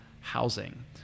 housing